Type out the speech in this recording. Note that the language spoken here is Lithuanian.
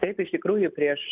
taip iš tikrųjų prieš